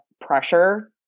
pressure